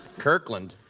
kirkland?